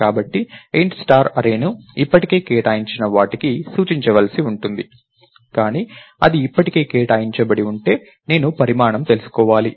కాబట్టి int star అర్రేని ఇప్పటికే కేటాయించిన వాటికి సూచించవలసి ఉంటుంది కానీ అది ఇప్పటికే కేటాయించబడి ఉంటే నేను పరిమాణం తెలుసుకోవాలి